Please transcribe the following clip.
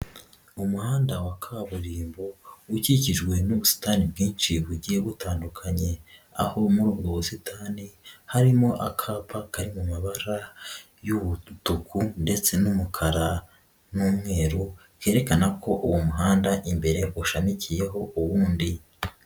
Umuhanda wa kaburimbo ukikijwe n'ubusitani bwinshi bugiye butandukanye aho muri ubwo busitani harimo akapa kari mu mabara y'umutuku ndetse n'umukara n'umweru kerekana ko uwo muhanda imbere ushamikiyeho uwundi.